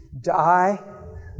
Die